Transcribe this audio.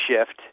shift